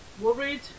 worried